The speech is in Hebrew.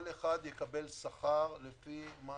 כל אחד יקבל שכר לפי מה